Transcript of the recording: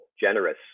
generous